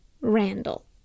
Randall